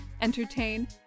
entertain